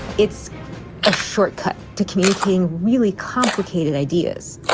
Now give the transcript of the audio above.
it's a shortcut to communicating really complicated ideas.